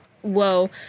whoa